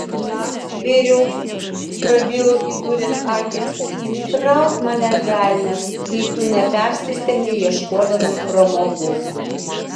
na vyriuk prabilo įdūręs akis trauk mane velnias jei tu nepersistengei ieškodamas pramogų